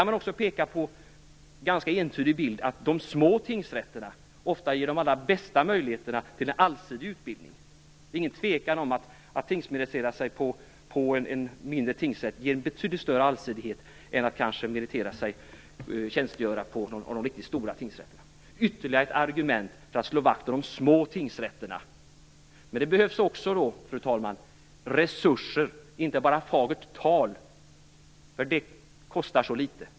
Man kan peka på en ganska entydig bild: De små tingsrätterna ger ofta de allra bästa möjligheterna till en allsidig utbildning. Det är ingen tvekan om att det ger betydligt större allsidighet att tingsmeritera sig på en mindre tingsrätt jämfört med att tjänstgöra på någon av de riktigt stora tingsrätterna. Det är ytterligare ett argument för att slå vakt om de små tingsrätterna. Det behövs resurser, fru talman, och inte bara fagert tal. Det kostar så litet.